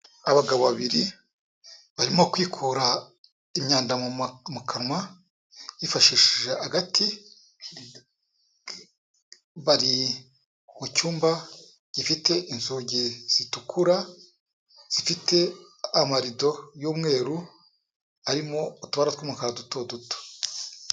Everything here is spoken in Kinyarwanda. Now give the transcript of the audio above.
Abagabo babiri barimo kwikura imyanda mu kanwa bifashishije agati, bari mucyumba gifite inzugi zitukura zifite amarido y'umweru, arimo utubara tw'umukara dutoduto.